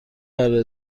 قراره